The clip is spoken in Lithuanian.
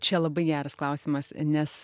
čia labai geras klausimas nes